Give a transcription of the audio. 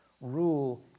rule